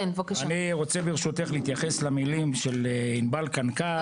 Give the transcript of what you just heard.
אני רוצה ברשותך להתייחס למילים של ענבל קנקה,